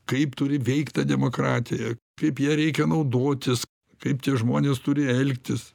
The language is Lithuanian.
kaip turi veikt ta demokratija kaip ją reikia naudotis kaip tie žmonės turi elgtis